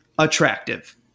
attractive